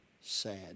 sad